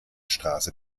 straße